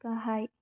गाहाय